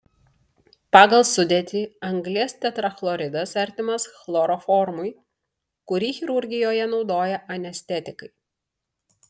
pagal sudėtį anglies tetrachloridas artimas chloroformui kurį chirurgijoje naudoja anestetikai